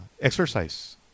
exercise